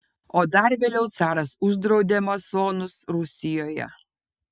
o dar vėliau caras uždraudė masonus rusijoje